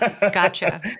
Gotcha